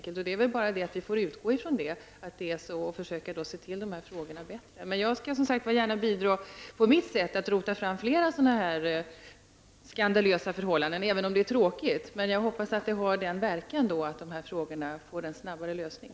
Vi får utgå från att det är så och handla efter det. Jag skulle gärna bidra på mitt sätt genom att ta fram flera sådana här skandalösa förhållanden. Det är tråkigt, men jag hoppas att det har den verkan att dessa frågor får en snabbare lösning.